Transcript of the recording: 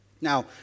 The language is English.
Now